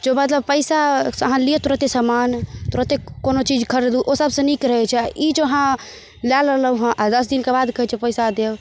जे मतलब पैसासँ अहाँ लिऔ तुरते समान तुरते कोनो चीज खरीदु ओ सबसँ नीक रहैत छै आ ई जे अहाँ लै लेलहुँ हँ आ दश दिनके बाद कहैत छी पैसा देब